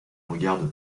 regarde